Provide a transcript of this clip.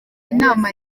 inama